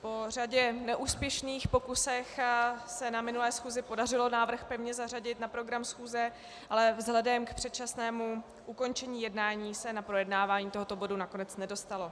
Po řadě neúspěšných pokusů se na minulé schůzi podařilo návrh pevně zařadit na program schůze, ale vzhledem k předčasnému ukončení jednání se na projednávání tohoto bodu nakonec nedostalo.